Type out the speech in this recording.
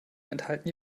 enthalten